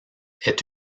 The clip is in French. est